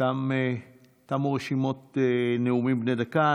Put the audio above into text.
תמו רשימות נאומים בני דקה.